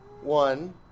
one